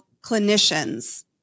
clinicians